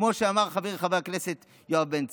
כמו שאמר חברי חבר הכנסת יואב בן צור,